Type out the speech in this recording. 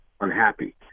unhappy